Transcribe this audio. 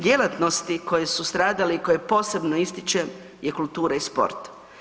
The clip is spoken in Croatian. Djelatnosti koje su stradale i koje posebno ističem je kultura i sport.